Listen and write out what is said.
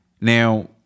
now